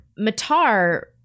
Matar